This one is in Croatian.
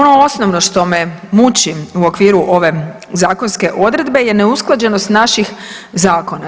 No ono osnovno što me muči u okviru ove zakonske odredbe je neusklađenost naših zakona.